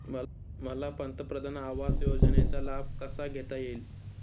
मला पंतप्रधान आवास योजनेचा लाभ कसा घेता येईल?